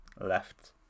left